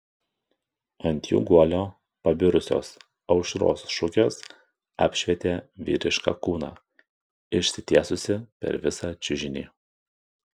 ant jų guolio pabirusios aušros šukės apšvietė vyrišką kūną išsitiesusį per visą čiužinį